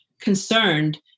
concerned